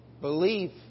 Belief